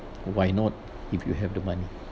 why not if you have the money